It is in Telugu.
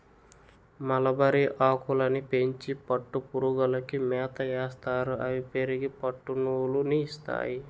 మలబరిఆకులని పెంచి పట్టుపురుగులకి మేతయేస్తారు అవి పెరిగి పట్టునూలు ని ఇస్తాయి